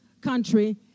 country